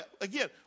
again